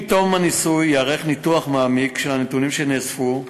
עם תום הניסוי ייערך ניתוח מעמיק של הנתונים שנאספו.